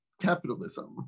capitalism